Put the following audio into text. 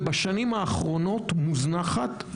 ובשנים האחרונות מוזנחת,